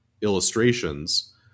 illustrations